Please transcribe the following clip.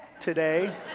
today